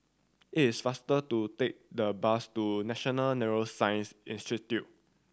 it is faster to take the bus to National Neuroscience Institute